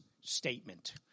statement